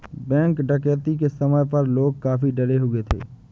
bank डकैती के समय पर लोग काफी डरे हुए थे